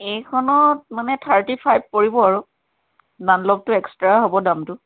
এইখনত মানে thirty five পৰিব আৰু ডানলপটো এক্সট্ৰা হ'ব দামটো